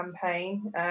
campaign